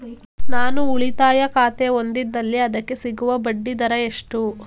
ನಾನು ಉಳಿತಾಯ ಖಾತೆ ಹೊಂದಿದ್ದಲ್ಲಿ ಅದಕ್ಕೆ ಸಿಗುವ ಬಡ್ಡಿ ದರ ಎಷ್ಟು?